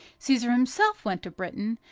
caesar himself went to britain,